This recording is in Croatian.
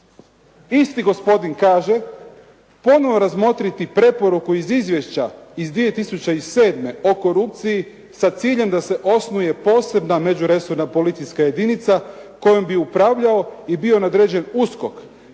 Isti gospodin kaže: «Ponovo razmotriti preporuku iz izvješća iz 2007. o korupciji sa ciljem da se osnuje posebna međuresorna policijska jedinica kojom bi upravljao i bio nadređen USKOK